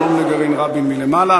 שלום לגרעין "רבין" למעלה.